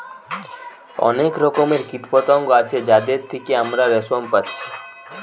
অনেক রকমের কীটপতঙ্গ আছে যাদের থিকে আমরা রেশম পাচ্ছি